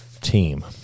team